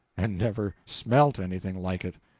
and never smelt anything like it.